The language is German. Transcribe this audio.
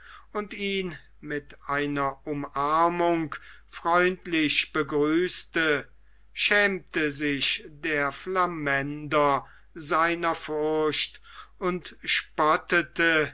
und ihn mit einer umarmung freundlich begrüßte schämte sich der flamänder seiner furcht und